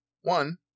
one